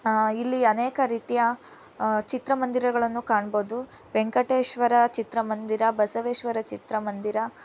ಇಲ್ಲಿ ಅನೇಕ ರೀತಿಯ ಚಿತ್ರಮಂದಿರಗಳನ್ನು ಕಾಣ್ಬೋದು ವೆಂಕಟೇಶ್ವರ ಚಿತ್ರಮಂದಿರ ಬಸವೇಶ್ವರ ಚಿತ್ರಮಂದಿರ